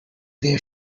their